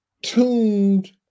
tuned